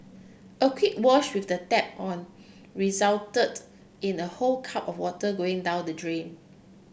a quick wash with the tap on resulted in a whole cup of water going down the drain